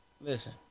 listen